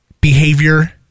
behavior